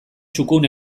txukun